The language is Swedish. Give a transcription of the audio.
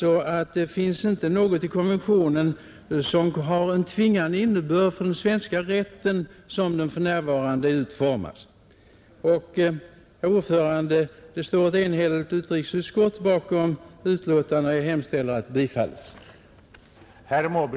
Det finns inte något i konventionen som har tvingande innebörd för svensk rätt, såsom den för närvarande är utformad. Herr talman! Det står ett enhälligt utrikesutskott bakom utskottets förslag och jag yrkar bifall till utskottets hemställan.